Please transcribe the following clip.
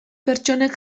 pertsonek